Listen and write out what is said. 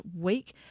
week